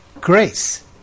grace